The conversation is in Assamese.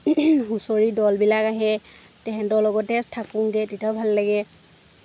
হুঁচৰি দলবিলাক আহে তাহাঁতৰ লগতে থাকোঁগৈ তেতিয়াও ভাল লাগে